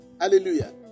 Hallelujah